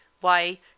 Why